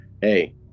Hey